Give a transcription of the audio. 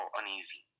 uneasy